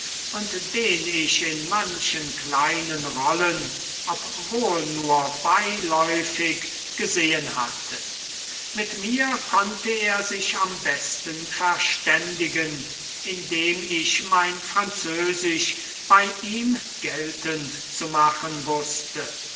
und den ich in manchen kleinen rollen obwohl nur beiläufig gesehen hatte mit mir konnte er sich am besten verständigen indem ich mein französisch bei ihm geltend zu machen wußte